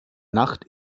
nacht